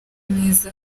neza